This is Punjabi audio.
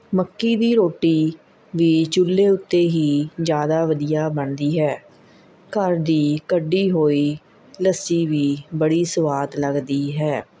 ਮੱਕੀ ਦੀ ਰੋਟੀ ਵੀ ਚੁੱਲ੍ਹੇ ਉੱਤੇ ਹੀ ਜ਼ਿਆਦਾ ਵਧੀਆ ਬਣਦੀ ਹੈ ਘਰ ਦੀ ਕੱਢੀ ਹੋਈ ਲੱਸੀ ਵੀ ਬੜੀ ਸਵਾਦ ਲੱਗਦੀ ਹੈ